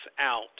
out